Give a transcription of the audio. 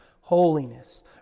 Holiness